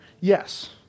Yes